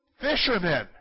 Fishermen